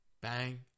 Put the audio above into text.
Bang